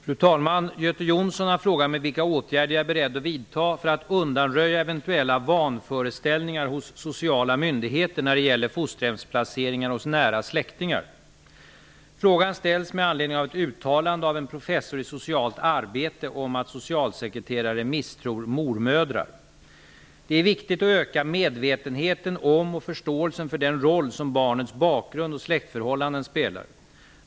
Fru talman! Göte Jonsson har frågat mig vilka åtgärder jag är beredd att vidta för att undanröja eventuella vanföreställningar hos sociala myndigheter när det gäller fosterhemsplaceringar hos nära släktingar. Frågan ställs med anledning av ett uttalande av en professor i socialt arbete om att socialsekreterare misstror mormödrar. Det är viktigt att öka medvetenheten om och förståelsen för den roll som barnets bakgrund och släktförhållanden spelar.